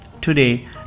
Today